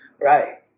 Right